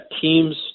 teams